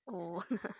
oh